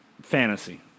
fantasy